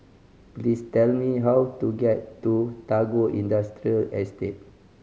please tell me how to get to Tagore Industrial Estate